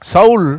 Saul